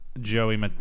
Joey